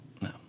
No